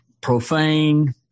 profane